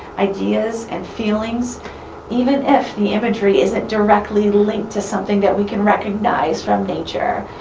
ideas, and feelings even if the imagery isn't directly linked to something that we can recognize from nature.